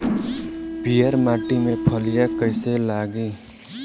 पीयर माटी में फलियां कइसे लागी?